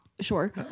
Sure